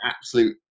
absolute